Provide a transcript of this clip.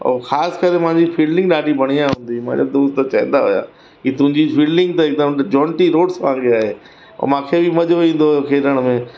ऐं ख़ासि करे मूंहिंजी फ़ील्डिंग ॾाढी बढ़िया हूंदी हुई मुहिंजा दोस्त चवंदा हुया की तुंहिंजी फ़ील्डिंग त हिकदमि जोंटी रोड्स वांगे आहे ऐं मूंखे बि मजो ईंदो हुयो खेॾण में